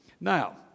Now